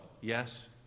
yes